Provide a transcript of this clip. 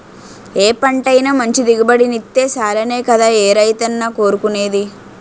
ఏ పంటైనా మంచి దిగుబడినిత్తే సాలనే కదా ఏ రైతైనా కోరుకునేది?